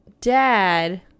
dad